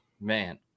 Man